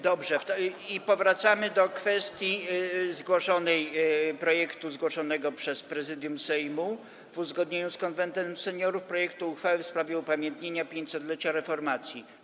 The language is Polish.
Dobrze, powracamy do kwestii zgłoszonego przez Prezydium Sejmu, w uzgodnieniu z Konwentem Seniorów, projektu uchwały w sprawie upamiętnienia 500-lecia Reformacji.